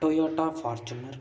Toyota Fortuner